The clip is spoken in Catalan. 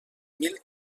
mil